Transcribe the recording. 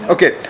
Okay